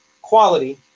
quality